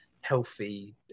healthy